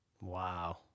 Wow